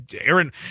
Aaron